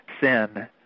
sin